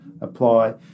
apply